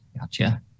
Gotcha